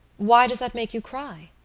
why does that make you cry?